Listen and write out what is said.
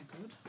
good